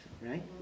right